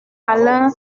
alain